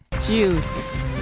Juice